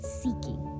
seeking